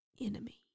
enemy